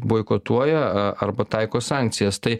boikotuoja arba taiko sankcijas tai